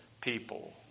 people